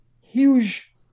huge